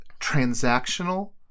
transactional